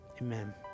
Amen